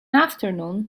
afternoon